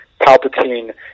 Palpatine